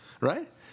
right